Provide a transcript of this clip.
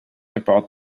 about